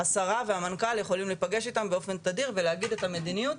השרה והמנכ"ל יכולים להיפגש איתם באופן תדיר ולהגיד את המדיניות.